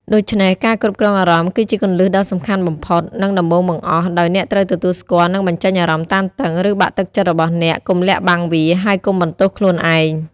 ដូច្នេះ ការគ្រប់គ្រងអារម្មណ៍គឺជាគន្លឹះដ៏សំខាន់បំផុត និងដំបូងបង្អស់ ដោយអ្នកត្រូវទទួលស្គាល់ និងបញ្ចេញអារម្មណ៍តានតឹង ឬបាក់ទឹកចិត្តរបស់អ្នក កុំលាក់បាំងវា ហើយកុំបន្ទោសខ្លួនឯង។